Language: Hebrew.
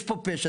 יש פה פשע,